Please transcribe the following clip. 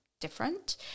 different